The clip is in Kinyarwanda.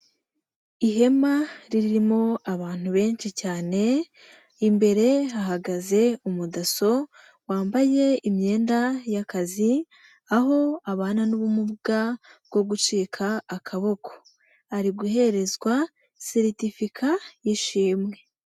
Ihema ririmo abantu benshi cyane, imbere hahagaze umudaso wambaye imyenda y'akazi, aho abana n'ubumuga bwo gucika akaboko, ari guherezwa seritifika y'ishimwe.